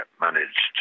managed